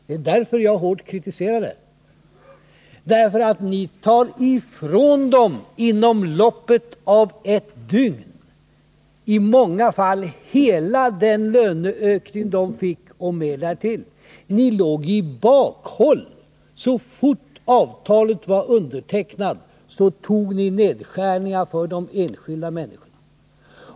Det är därför som jag hårt kritiserar regeringens handlande. Ni tar inom loppet av ett dygn ifrån dem i många fall hela den löneökning de fick och mer därtill. Ni låg i bakhåll. Så snart avtalet var undertecknat föreslog ni nedskärningar för de enskilda människorna.